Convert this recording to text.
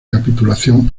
capitulación